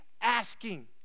asking